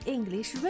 English